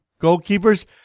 goalkeepers